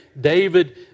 David